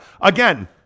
again